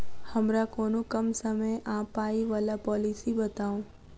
हमरा कोनो कम समय आ पाई वला पोलिसी बताई?